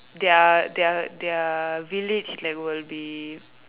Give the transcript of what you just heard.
their their their village like will be